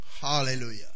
hallelujah